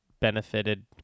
benefited